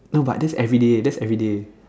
no but that's everyday that's everyday